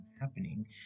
happening